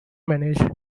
managed